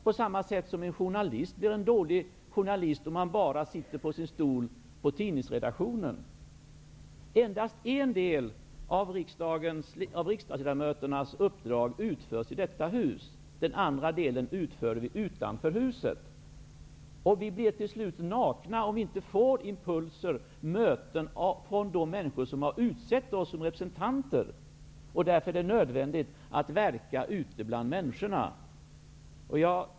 På samma sätt blir den journalist en dålig journalist som bara sitter på sin stol på tidningsredaktionen. Endast den ena delen av riksdagsledamöternas uppdrag utförs i detta hus. Den andra delen utförs utanför huset. Till slut blir vi nakna om vi inte får impulser vid möten med de människor som utsett oss till representanter. Därför är det nödvändigt att verka ute bland människorna.